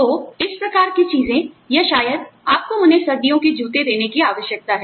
तो आप जानते हैं इस प्रकार की चीजें या शायद आपको उन्हें सर्दियों के जूते देने की आवश्यकता है